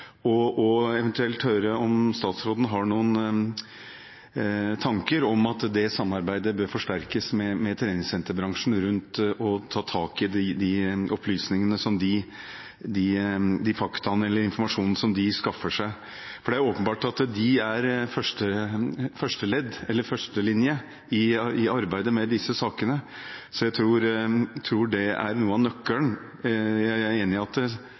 og eventuelt om statsråden har noen tanker om hvorvidt man bør forsterke samarbeidet med treningssenterbransjen rundt å ta tak i de opplysningene, faktaene eller informasjonen som de skaffer seg. Det er åpenbart at de er førstelinje i arbeidet med disse sakene, så jeg tror det er noe av nøkkelen. Jeg er enig i at straffereaksjoner også vil virke forebyggende og avskrekkende, men jeg tror det